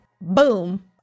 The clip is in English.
boom